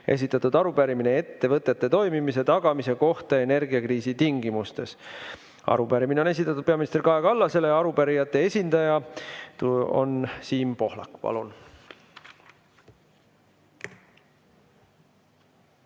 esitatud arupärimine ettevõtete toimimise tagamise kohta energiakriisi tingimustes. Arupärimine on esitatud peaminister Kaja Kallasele ja arupärijate esindaja on Siim Pohlak. Palun!